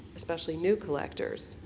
especially new collectors.